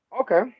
Okay